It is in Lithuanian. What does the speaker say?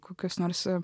kokios nors